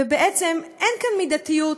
ובעצם אין כאן מידתיות: